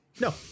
No